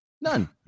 None